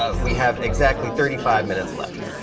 ah we have exactly thirty five minutes left.